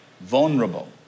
vulnerable